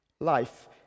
Life